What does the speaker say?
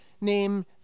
named